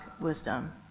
wisdom